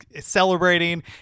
celebrating